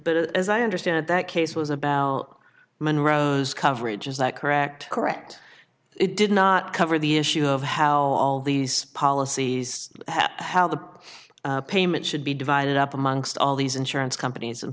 but as i understand it that case was about monroe's coverage is that correct correct it did not cover the issue of how all these policies how the payment should be divided up amongst all these insurance companies